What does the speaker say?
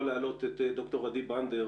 פרופסור מומי דהן,